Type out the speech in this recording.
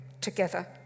together